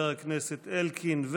לחבר הכנסת אלקין.